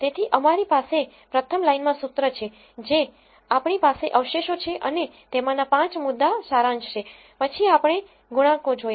તેથી અમારી પાસે પ્રથમ લાઇનમાં સૂત્ર છે જે આપણી પાસે અવશેષો છે અને તેમાંના 5 મુદ્દા સારાંશ છે પછી આપણે ગુણાંકો જોયા